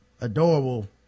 adorable